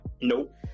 Nope